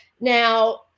Now